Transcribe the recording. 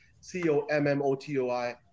C-O-M-M-O-T-O-I